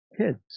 kids